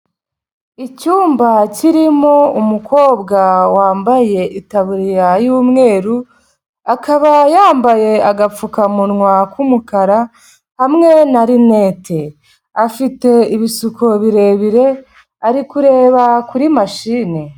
Icyumba kirimo umukobwa wambaye itaburiya y'umweru, akaba yambaye agapfukamunwa k'umukara, hamwe na rinete. Afite ibisuko birebire ari kureba kuri mashine.